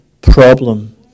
problem